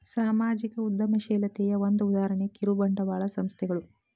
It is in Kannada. ಸಾಮಾಜಿಕ ಉದ್ಯಮಶೇಲತೆಯ ಒಂದ ಉದಾಹರಣೆ ಕಿರುಬಂಡವಾಳ ಸಂಸ್ಥೆಗಳು